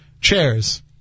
chairs